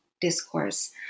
discourse